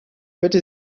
bitte